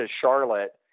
Charlotte